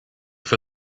for